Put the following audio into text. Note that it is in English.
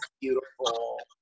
beautiful